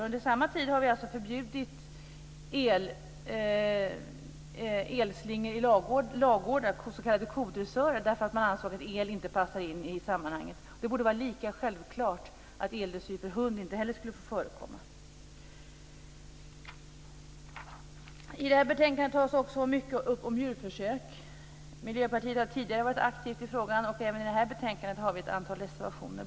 Under samma tid har vi alltså förbjudit elslingor i ladugårdar, s.k. kodressörer, därför att vi ansåg att el inte passar in i sammanhanget. Det borde vara lika självklart att eldressyr av hund inte heller skulle få förekomma. I betänkandet tas också upp mycket om djurförsök. Miljöpartiet har tidigare varit aktivt i frågan, och även i detta betänkande har vi ett antal reservationer.